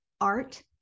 Art